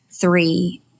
Three